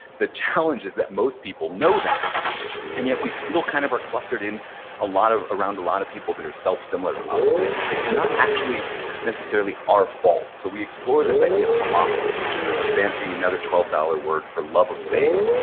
the challenge is that most people know that and yet we still kind of are clustered in a lot, around a lot of people that are self similar to us and it's it's not actually necessarily our fault so we explore this idea of homophily which is a fancy, another twelve dollars word for love of same.